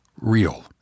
real